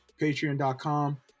patreon.com